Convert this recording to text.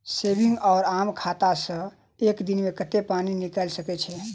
Saving वा आम खाता सँ एक दिनमे कतेक पानि निकाइल सकैत छी?